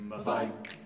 fight